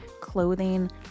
clothing